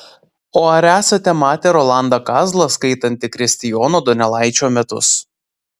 o ar esate matę rolandą kazlą skaitantį kristijono donelaičio metus